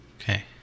Okay